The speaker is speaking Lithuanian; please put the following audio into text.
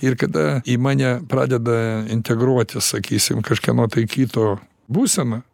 ir kada į mane pradeda integruotis sakysim kažkieno tai kito būsena